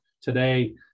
Today